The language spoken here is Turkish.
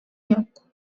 yok